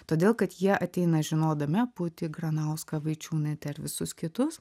todėl kad jie ateina žinodami aputį granauską vaičiūnaitę ir visus kitus